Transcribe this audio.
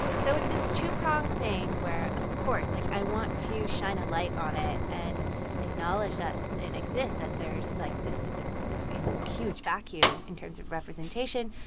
so it's this two-pronged thing where, of course, like, i want to shine a light on it and acknowledge that it exists, that there's, like, this huge vacuum in terms of representation.